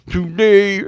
Today